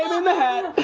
in the hat.